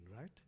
right